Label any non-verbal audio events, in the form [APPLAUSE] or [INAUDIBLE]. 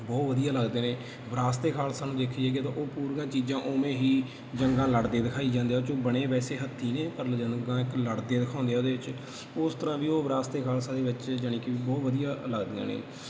ਬਹੁਤ ਵਧੀਆ ਲੱਗਦੇ ਨੇ ਵਿਰਾਸਤ ਏ ਖਾਲਸਾ ਨੂੰ ਦੇਖੀ ਜਾਈਏ ਕਿ ਜਦੋਂ ਉਹ ਪੂਰੀਆਂ ਚੀਜ਼ਾਂ ਉਵੇਂ ਹੀ ਜੰਗਾਂ ਲੜਦੇ ਦਿਖਾਈ ਜਾਂਦੇ ਆ ਉਹ 'ਚੋਂ ਬਣੇ ਵੈਸੇ ਹੱਥੀਂ ਨੇ ਪਰ [UNINTELLIGIBLE] ਲੜਦੀਆਂ ਦਿਖਾਉਂਦੇ ਆ ਉਹਦੇ ਵਿੱਚ ਉਹ ਉਸ ਤਰ੍ਹਾਂ ਵੀ ਉਹ ਵਿਰਾਸਤ ਏ ਖਾਲਸਾ ਦੇ ਵਿੱਚ ਜਾਨੀ ਕਿ ਬਹੁਤ ਵਧੀਆ ਲੱਗਦੀਆਂ ਨੇ